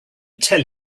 tell